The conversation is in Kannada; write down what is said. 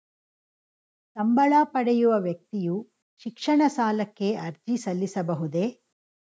ಸಂಬಳ ಪಡೆಯುವ ವ್ಯಕ್ತಿಯು ಶಿಕ್ಷಣ ಸಾಲಕ್ಕೆ ಅರ್ಜಿ ಸಲ್ಲಿಸಬಹುದೇ?